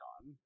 on